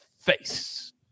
face